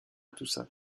toussaint